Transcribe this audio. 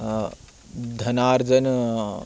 धनार्जना